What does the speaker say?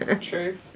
True